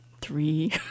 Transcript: three